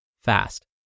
fast